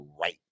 right